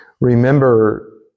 Remember